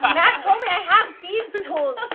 um matt told me i have thieves' and tools!